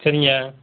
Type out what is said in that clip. சரிங்க